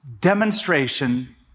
demonstration